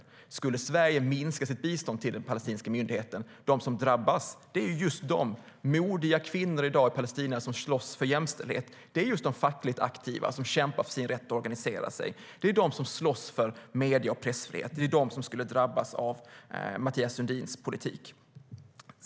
De som drabbas om Sverige minskar sitt bistånd till den palestinska myndigheten är just de modiga kvinnor som i dag slåss för jämställdhet i Palestina, de fackligt aktiva som kämpar för sin rätt att organisera sig och de som slåss för medie och pressfrihet. Det är de som skulle drabbas av Mathias Sundins politik.